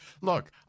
Look